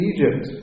Egypt